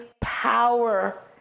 power